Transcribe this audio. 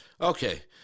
Okay